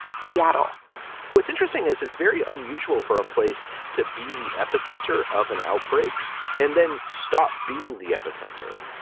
seattle what's interesting is it's very unusual for a place to be the epicenter of an outbreak and then stop being the epicenter.